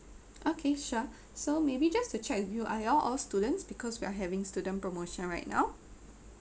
okay sure so maybe just to check with you are you all students because we are having student promotion right now